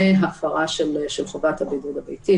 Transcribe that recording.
והפרה של חובת הבידוד הביתי.